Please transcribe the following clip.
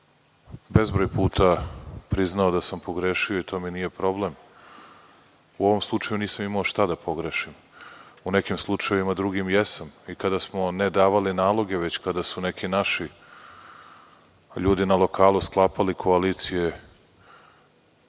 bezbroj puta priznao da sam pogrešio i to mi nije problem. U ovom slučaju nisam imao šta da pogrešim. U nekim drugim slučajevima jesam i kada smo ne davali naloge, već kada su neki naši ljudi na lokalu sklapali koalicije